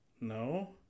No